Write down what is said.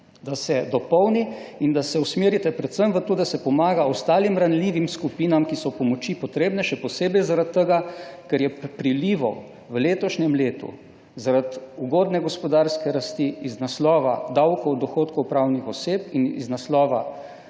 da se dopolni in da se usmerite predvsem v to, da se pomaga ostalim ranljivim skupinam, ki so pomoči potrebne, še posebej zaradi tega, ker je prilivov v letošnjem letu zaradi ugodne gospodarske rasti iz naslova davka od dohodkov pravnih oseb in iz naslova,